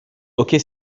hockey